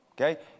Okay